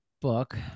book